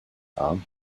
arm